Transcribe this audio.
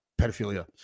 pedophilia